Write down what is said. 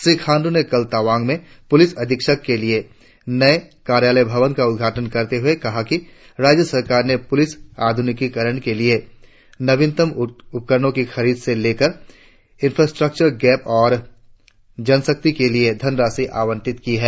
श्री खांडू ने कल तवांग में पुलिस अधीक्षक के नए कार्यालय भवन का उदघाटन करते हुए कहा कि राज्य सरकार ने पुलिस आधुनिकीकरण के लिए नवीनतम उपकरणों की खरीद से लेकर अवसंरचना अंतराल और जनशक्ति के लिए धनराशि आवंतित की है